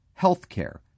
healthcare